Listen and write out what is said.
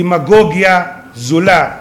דמגוגיה זולה.